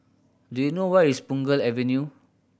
do you know where is Punggol Avenue